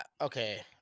Okay